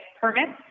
permits